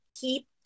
keep